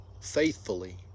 faithfully